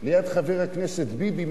ליד חבר הכנסת ביבי,